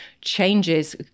changes